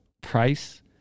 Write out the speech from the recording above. price